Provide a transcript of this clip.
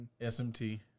SMT